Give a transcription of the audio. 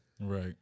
right